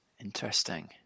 interesting